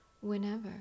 Whenever